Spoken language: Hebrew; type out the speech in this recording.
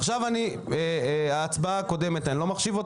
עכשיו אני לא מחשיב את ההצבעה הקודמת,